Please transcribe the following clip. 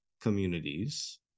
communities